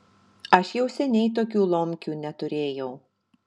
aš jau seniai tokių lomkių neturėjau